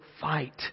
fight